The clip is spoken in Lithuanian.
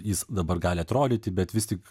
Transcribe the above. jis dabar gali atrodyti bet vis tik